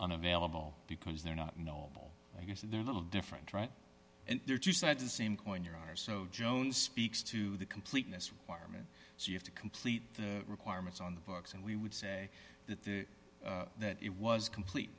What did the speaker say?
unavailable because they're not knowable i guess they're little different and there are two sides of the same coin there are so jones speaks to the completeness requirement so you have to complete the requirements on the books and we would say that the that it was complete